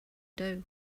dough